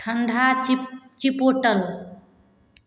ठण्डा चिप चिपोटल